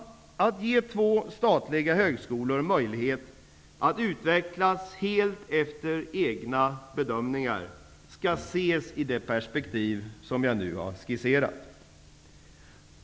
Att ge två statliga högskolor möjlighet att utvecklas helt efter egna bedömningar skall ses i det perspektiv som jag nu har skisserat.